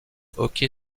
hockey